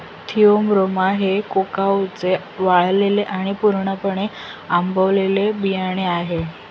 Theobroma हे कोकाओचे वाळलेले आणि पूर्णपणे आंबवलेले बियाणे आहे